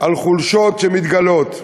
על חולשות שמתגלות.